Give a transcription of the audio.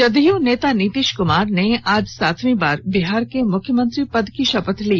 जदयू नेता नीतीश कुमार ने आज सातवीं बार बिहार के मुख्यमंत्री पद की शपथ ली